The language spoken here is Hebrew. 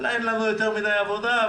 אולי אין לנו יותר מדי עבודה,